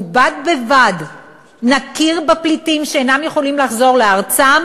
ובד בבד נכיר בפליטים שאינם יכולים לחזור לארצם